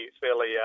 fairly